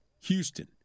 Houston